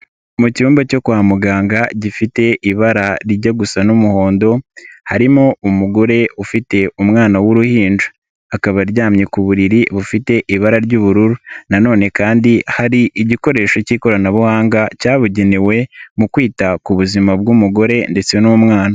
Mu cyumba cyo kwa muganga gifite ibara rijya gusa n'umuhondo, harimo umugore ufite umwana w'uruhinja, akaba aryamye ku buriri bufite ibara ry'ubururu nanone kandi hari igikoresho k'ikoranabuhanga cyabugenewe mu kwita ku buzima bw'umugore ndetse n'umwana.